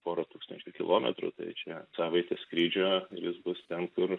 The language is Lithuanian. pora tūkstančių kilometrų tai čia savaitės skrydžio ir jis bus ten kur